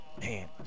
man